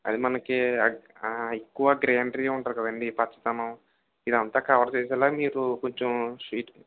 అది మనకి ఎక్కువ గ్రీనరీ ఉంటుంది కదండి పచ్చదనం ఇదంతా కవర్ చేసేలా మీరు కొంచెం